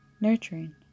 nurturing